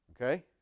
okay